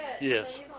Yes